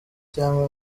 cyangwa